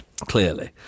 clearly